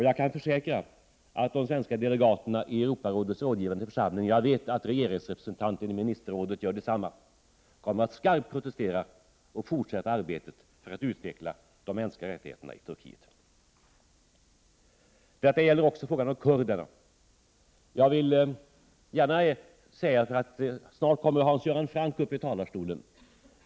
Jag kan försäkra att de svenska delegaterna i Europarådets rådgivande församling — jag vet att regeringsrepresentanter i ministerrådet kan försäkra detsamma — skarpt kommer att protestera och fortsätta arbetet för att utveckla de mänskliga rättigheterna i Turkiet. Hit hör också frågan om kurderna. Senare kommer Hans Göran Franck uppi talarstolen.